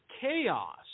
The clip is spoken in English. chaos